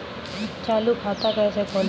चालू खाता कैसे खोलें?